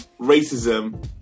racism